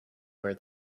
where